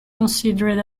considered